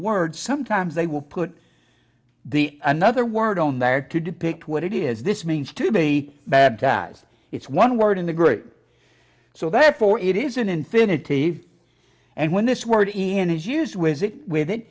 word sometimes they will put the another word on there to depict what it is this means to be baptized it's one word in the group so therefore it is an infinity and when this word in his use wisit with it